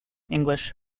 english